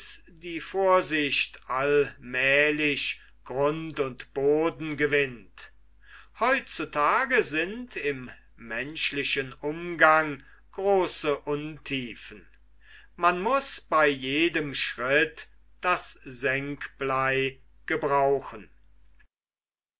die vorsicht allmälig grund und boden gewinnt heut zu tage sind im menschlichen umgang große untiefen man muß bei jedem schritt das senkblei gebrauchen